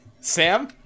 Sam